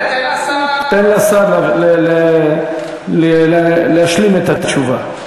תן לשר להשלים את התשובה.